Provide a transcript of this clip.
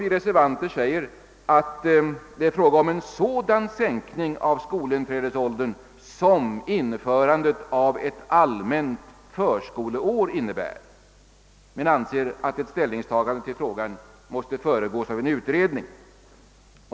Vi motionärer säger att det är fråga om »en sådan sänkning av skolinträdesåldern, som införandet av ett allmänt förskoleår innebär, men anser att ett ställningstagande till frågan måste föregås av en utredning».